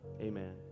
Amen